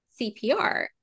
CPR